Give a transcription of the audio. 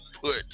put